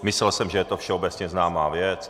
Myslel jsem, že je to všeobecně známá věc.